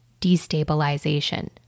destabilization